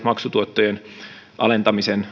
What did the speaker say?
maksutuottojen alentamisen